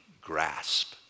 grasp